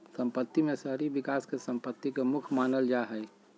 सम्पत्ति में शहरी विकास के सम्पत्ति के मुख्य मानल जा हइ